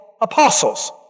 apostles